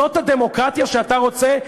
זאת הדמוקרטיה שאתה רוצה,